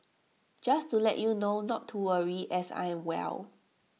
just to let you know not to worry as I'm well